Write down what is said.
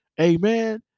Amen